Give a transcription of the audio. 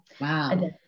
wow